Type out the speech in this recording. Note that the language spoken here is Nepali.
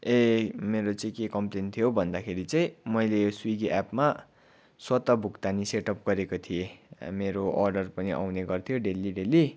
ए मेरो चाहिँ के कम्प्लेन थियो भन्दाखेरि चाहिँ मैले स्विगी एपमा स्वतः भुक्तानी सेटअप गरेको थिएँ मेरो अर्डर पनि आउने गर्थ्यो डेली डेली